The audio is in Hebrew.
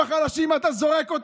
את החלשים אתה זורק.